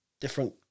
different